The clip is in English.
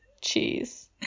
cheese